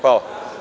Hvala.